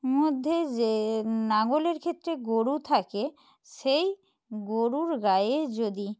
মধ্যে যে নাঙলের ক্ষেত্রে গোরু থাকে সেই গোরুর গায়ে যদি